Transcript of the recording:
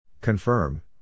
Confirm